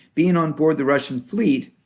being onboard the russian fleet,